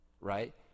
right